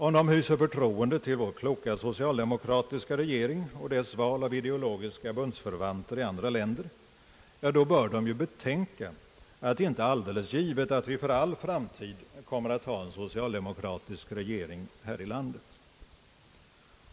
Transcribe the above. Om man hyser förtroende till vår kloka socialdemokratiska regering och dess val av ideologiska bundsförvanter i andra länder, bör man betänka att det inte är alldeles givet att vi för all framtid kommer att ha en socialdemokratisk regering här i landet.